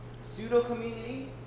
Pseudo-community